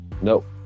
Nope